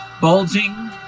bulging